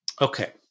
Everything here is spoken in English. Okay